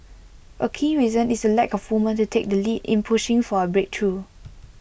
A key reason is the lack of women to take the lead in pushing for A breakthrough